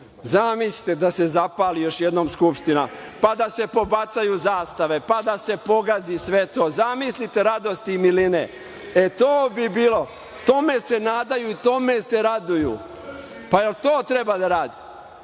Zamislite, da se zapali još jednom Skupština, pa, da se pobacaju zastave, pa, da se pogazi sve to, zamislite radosti i miline. E, to bi bilo, tome se nadaju i tome se raduju. Jel to treba da radite?